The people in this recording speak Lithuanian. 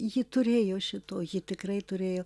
ji turėjo šito ji tikrai turėjo